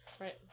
Right